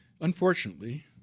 Unfortunately